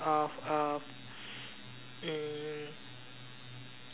of um mm